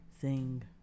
sing